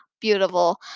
Beautiful